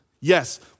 Yes